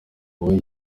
wowe